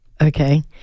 okay